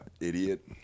Idiot